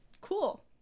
Cool